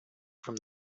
from